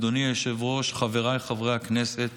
אדוני היושב-ראש, חבריי חברי הכנסת,